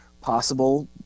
possible